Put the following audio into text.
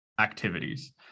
activities